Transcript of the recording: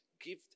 Give